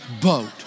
boat